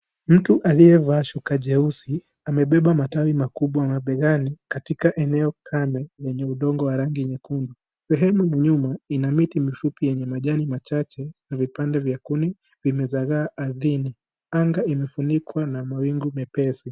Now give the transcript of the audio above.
Mtu alivaa shuka jeusi, amebeba matawi makubwa mabegani, katika eneo kame yenye udongo wa rangi nyekundu. Sehemu ya nyuma Ina miti mifupi yenye majani machache. Vipande vya Kuni vimezagaa ardhini. Anga imefinikwa na mawingu mepesi.